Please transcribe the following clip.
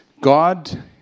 God